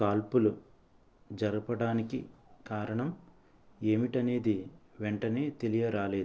కాల్పులు జరపడానికి కారణం ఏమిటనేది వెంటనే తెలియరాలేదు